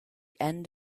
end